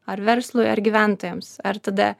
ar verslui ar gyventojams ar tada